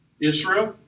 Israel